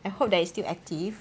I hope that it's still active